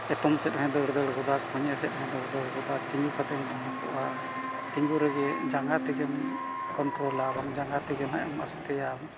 ᱮᱛᱚᱢ ᱥᱮᱫ ᱦᱚᱸᱭ ᱫᱟᱹᱲ ᱫᱟᱹᱲ ᱜᱚᱫᱟ ᱠᱚᱸᱧᱮ ᱥᱮᱫ ᱦᱚᱸᱭ ᱫᱟᱹᱲ ᱫᱟᱹᱲ ᱜᱚᱫᱟ ᱛᱤᱸᱜᱩ ᱠᱟᱛᱮᱢ ᱛᱟᱦᱮᱸ ᱠᱚᱜᱼᱟ ᱛᱤᱸᱜᱩ ᱨᱮᱜᱮ ᱡᱟᱸᱜᱟ ᱛᱮᱜᱮᱢ ᱠᱚᱱᱴᱨᱳᱞᱟ ᱵᱟᱝ ᱡᱟᱸᱜᱟ ᱛᱮᱜᱮ ᱦᱟᱸᱜ ᱮᱢ ᱟᱥᱛᱮᱭᱟ